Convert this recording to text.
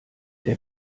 der